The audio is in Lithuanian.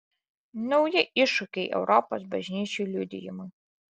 nauji iššūkiai europos bažnyčių liudijimui